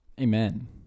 Amen